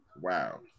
Wow